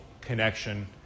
connection